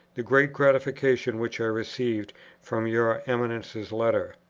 the great gratification which i received from your eminence's letter.